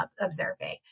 observing